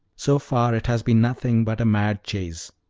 so far it has been nothing but a mad chase.